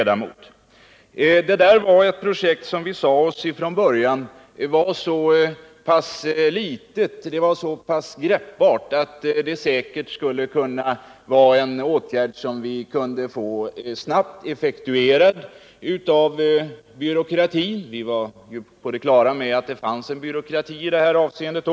Där sade vi oss från början att detta projekt var så pass litet och greppbart att vi säkert skulle kunna få det effektuerat snabbt av byråkratin — vi var på det klara med att det fanns en byråkrati också i det här avseendet.